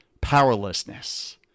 powerlessness